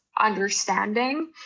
understanding